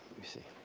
you see,